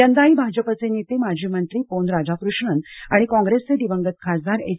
यंदाही भाजपचे नेते माजी मंत्री पोन राधाकृष्णन आणि कॉंग्रेसचे दिवंगत खासदार एच